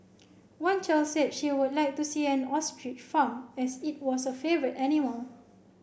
one child said she would like to see an ostrich farm as it was her favourite animal